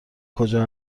کجا